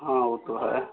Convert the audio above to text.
हाँ वो तो है